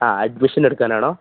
ആ അഡ്മിഷൻ എടുക്കാനാണോ